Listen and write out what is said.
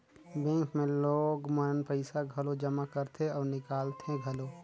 bank मे लोग मन पइसा घलो जमा करथे अउ निकालथें घलो